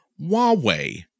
Huawei